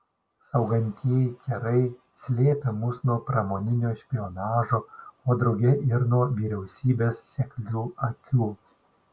saugantieji kerai slėpė mus nuo pramoninio špionažo o drauge ir nuo vyriausybės seklių akių